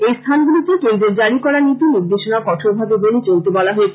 এই স্থানগুলিতে কেন্দ্রের জারী করা নীতি নির্দেশনা কঠোরভাবে মেনে চলতে বলা হয়েছে